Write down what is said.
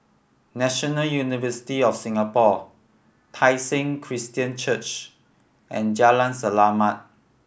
National University of Singapore Tai Seng Christian Church and Jalan Selamat